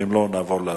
ואם לא, נעבור להצבעה.